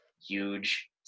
huge